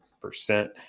percent